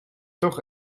toch